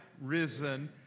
risen